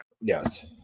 Yes